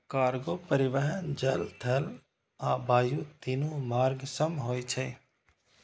cargo परिवहन जल, थल आ वायु, तीनू मार्ग सं होय छै